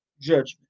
judgment